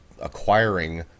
acquiring